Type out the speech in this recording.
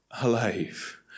alive